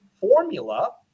formula